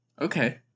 Okay